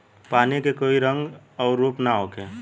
पानी के कोई रंग अउर रूप ना होखें